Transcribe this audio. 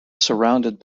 surrounded